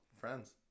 Friends